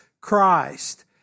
Christ